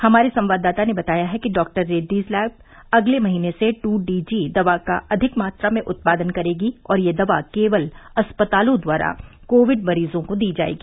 हमारे संवाददाता ने बताया है कि डॉक्टर रेड्डीज लैब अगले महीने से टू डी जी दवा का अधिक मात्रा में उत्पादन करेगी और यह दवा केवल अस्पतालों द्वारा कोविड मरीजों को दी जायेगी